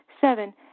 Seven